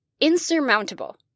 insurmountable